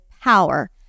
Power